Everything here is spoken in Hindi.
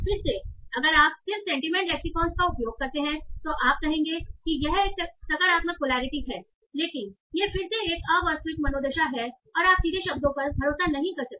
फिर से अगर आप सिर्फ अपनी सेंटीमेंट लेक्सिकॉन का उपयोग करते हैं तो आप कहेंगे कि यह एक सकारात्मक पोलैरिटी है लेकिन यह फिर से एक अवास्तविक मनोदशा है और आप सीधे शब्दों पर भरोसा नहीं कर सकते